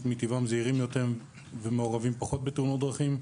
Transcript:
מטבעם זהירים יותר ומעורבים פחות בתאונות דרכים.